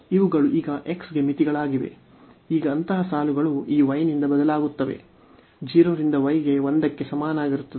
ಈಗ ಅಂತಹ ಸಾಲುಗಳು ಈ y ನಿಂದ ಬದಲಾಗುತ್ತವೆ 0 ರಿಂದ y ಗೆ 1 ಕ್ಕೆ ಸಮವಾಗಿರುತ್ತದೆ